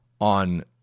on